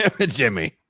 Jimmy